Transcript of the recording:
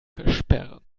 versperren